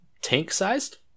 Tank-sized